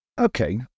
Okay